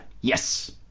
yes